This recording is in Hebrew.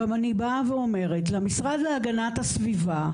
אני גם באה ואומרת למשרד להגנת הסביבה,